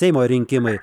seimo rinkimai